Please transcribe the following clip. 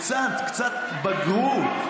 קצת קצת בגרות.